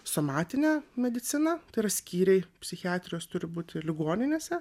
somatinę mediciną tai yra skyriai psichiatrijos turi būti ligoninėse